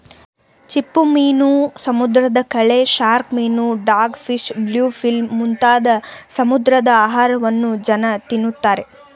ಚಿಪ್ಪುಮೀನು, ಸಮುದ್ರದ ಕಳೆ, ಶಾರ್ಕ್ ಮೀನು, ಡಾಗ್ ಫಿಶ್, ಬ್ಲೂ ಫಿಲ್ಮ್ ಮುಂತಾದ ಸಮುದ್ರದ ಆಹಾರವನ್ನು ಜನ ತಿನ್ನುತ್ತಾರೆ